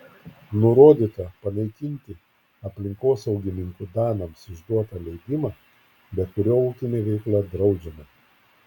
nurodyta panaikinti aplinkosaugininkų danams išduotą leidimą be kurio ūkinė veikla draudžiama